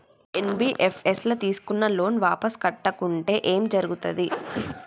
NBFS ల తీస్కున్న loan వాపస్ కట్టకుంటే ఏం జర్గుతది?